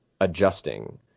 adjusting